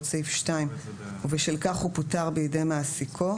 סעיף 2 ובשל כך הוא פוטר בידי מעסיקו,